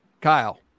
Kyle